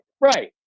right